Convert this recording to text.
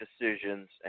decisions